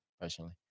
personally